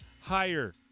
higher